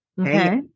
Okay